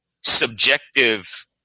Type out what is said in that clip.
subjective